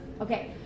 Okay